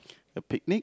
a picnic